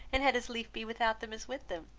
and had as lief be without them as with them.